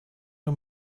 nhw